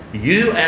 you and